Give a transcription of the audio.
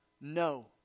No